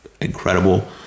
incredible